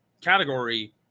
category